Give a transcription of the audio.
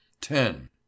Ten